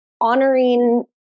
honoring